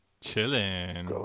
Chilling